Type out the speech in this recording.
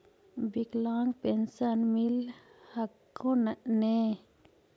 विकलांग पेन्शन मिल हको ने?